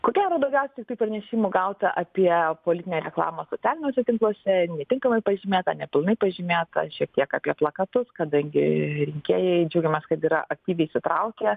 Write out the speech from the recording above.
ko gero daugiausiai vis tiktai pranešimų gauta apie politinę reklamą socialiniuose tinkluose netinkamai pažymėtą nepilnai pažymėtą šiek tiek apie plakatus kadangi rinkėjai džiaugiamės kad yra aktyviai įsitraukę